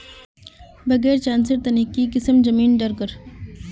बैगन चासेर तने की किसम जमीन डरकर?